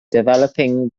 developing